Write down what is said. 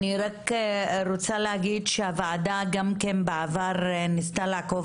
אני רק רוצה להגיד שהוועדה גם כן בעבר ניסתה לעקוב